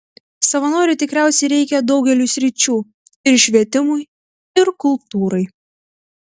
savanorių tikriausiai reikia daugeliui sričių ir švietimui ir kultūrai